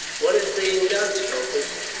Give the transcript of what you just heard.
what is being done, scopus?